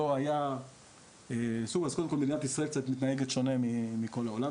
ישראל קצת מתנהגת שונה מכל העולם,